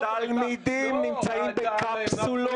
-- -תלמידים נמצאים בקפסולות,